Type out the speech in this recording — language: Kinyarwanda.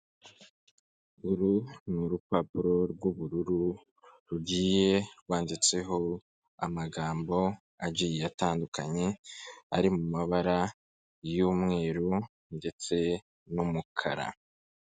Uru ni urupapuro rw'ubururu rugiye rwanditseho amagambo agiye atandukanye ari mu mabara y'umweru ndetse n'umukara.